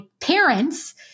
parents